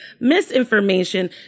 misinformation